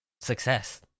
success